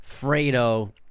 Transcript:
Fredo